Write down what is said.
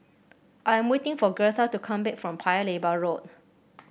I am waiting for Gertha to come back from Paya Lebar Road